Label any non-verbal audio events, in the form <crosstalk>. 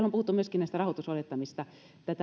<unintelligible> on puhuttu myöskin näistä rahoitusolettamista